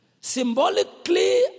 symbolically